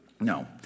No